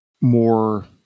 more